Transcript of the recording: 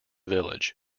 village